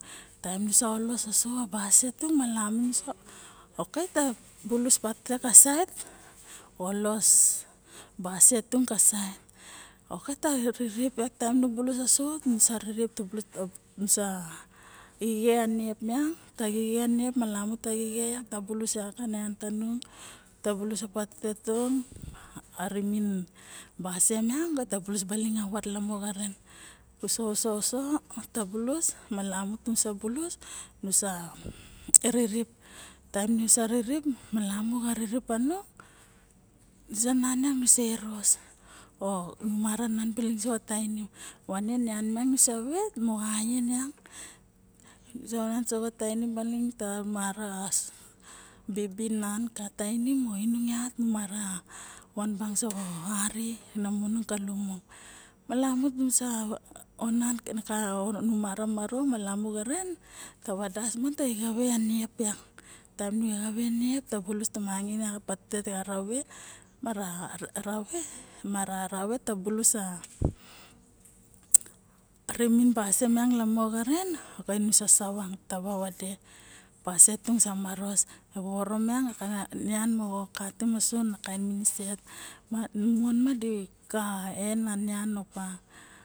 Taem nusa ols osu baise tung malamu ok nusa bulus patete x saet ta kirip ma nusa xixie a niep miang malamuta xixie niep ma nusa bulus a nian tanuung tabulus nusa a vat lams xaren usosuo tabulus nusa rikip taem nusa nan yak nusa eros o numaraka nam baling soxa tirinim vane nian nula vet moxo arien yak nusa nan baling soxa tainim yak nusa bibin man ka tainim o nung yat numara van bang soxary na maning ka lumon malamu nusa onan o nu mara maru na manong ka lumom ytaem nu exeve niep yak ta bulus tomangain patete xa rave mara mara ra rave tabulus la rimin basie tung sa marose vovoro miang mo katim osu na kaen miniset ma moon nian opa.